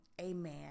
amen